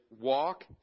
walk